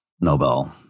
Nobel